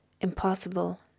Impossible